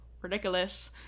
ridiculous